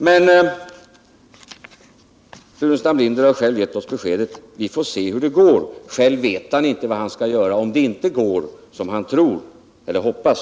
Herr Burenstam Linder har givit oss beskedet att vi får se hur det går. Själv vet han inte vad han skall göra om det inte går som han hoppas.